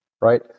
right